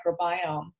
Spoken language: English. Microbiome